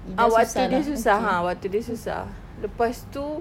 ah waktu dia susah ha waktu dia susah lepas tu